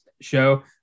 show